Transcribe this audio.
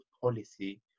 policy